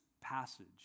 passage